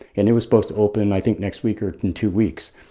and it was supposed to open, i think, next week or in two weeks.